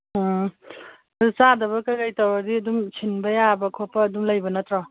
ꯑ ꯑꯗꯨ ꯆꯥꯗꯕ ꯀꯩꯀꯩ ꯇꯧꯔꯗꯤ ꯑꯗꯨꯝ ꯁꯤꯟꯕ ꯌꯥꯕ ꯈꯣꯠꯄ ꯑꯗꯨꯝ ꯂꯩꯕ ꯅꯠꯇ꯭ꯔꯣ